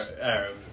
Arab